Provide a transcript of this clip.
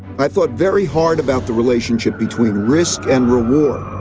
i thought very hard about the relationship between risk and reward,